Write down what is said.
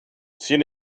sin